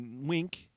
wink